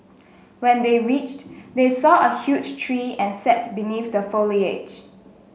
when they reached they saw a huge tree and sat beneath the foliage